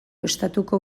estatuko